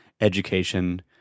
education